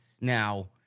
Now